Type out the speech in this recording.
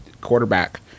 quarterback